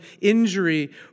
injury